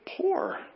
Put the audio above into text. poor